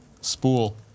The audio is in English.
Spool